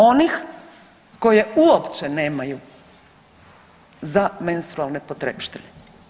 Onih koje uopće nemaju za menstrualne potrepštine.